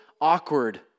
awkward